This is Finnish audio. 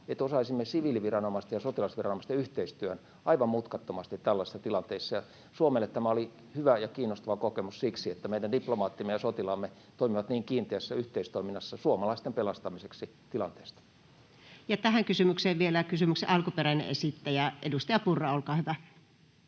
että osaisimme siviiliviranomaisten ja sotilasviranomaisten yhteistyön aivan mutkattomasti tällaisissa tilanteissa. Suomelle tämä oli hyvä ja kiinnostava kokemus siksi, että meidän diplomaattimme ja sotilaamme toimivat niin kiinteässä yhteistoiminnassa suomalaisten pelastamiseksi tilanteesta. [Speech 37] Speaker: Anu Vehviläinen Party: N/A Role: chairman Type: